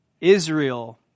Israel